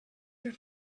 your